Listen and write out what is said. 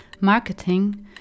Marketing